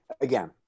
again